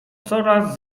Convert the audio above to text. coraz